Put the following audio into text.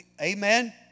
Amen